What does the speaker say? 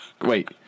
Wait